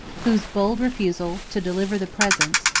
whose bold refusal to deliver the presents,